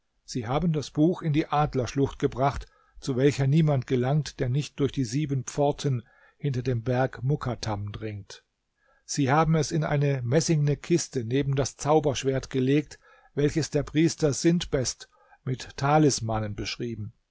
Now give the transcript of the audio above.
sie haben das buch in die adlerschlucht gebracht zu weicher niemand gelangt der nicht durch die sieben pforten hinter dem berg mukattam dringt sie haben es in eine messingne kiste neben das zauberschwert gelegt welches der priester sintbest mit talismanen beschrieben